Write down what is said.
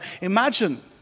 Imagine